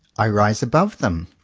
i rise above them.